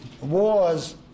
wars